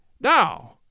Now